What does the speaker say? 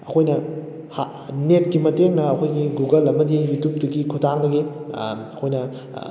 ꯑꯩꯈꯣꯏꯅ ꯅꯦꯠꯀꯤ ꯃꯇꯦꯡꯅ ꯑꯩꯈꯣꯏꯒꯤ ꯒꯨꯒꯜ ꯑꯃꯗꯤ ꯌꯨꯇ꯭ꯌꯨꯕꯇꯨꯒꯤ ꯈꯨꯠꯊꯥꯡꯗꯒꯤ ꯑꯩꯍꯣꯏꯅ